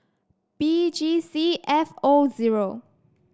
B G C F O zero